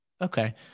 okay